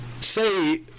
say